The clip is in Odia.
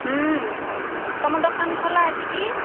ତୁମ ଦୋକାନ ଖୋଲା ଅଛିକି